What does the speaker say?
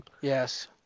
Yes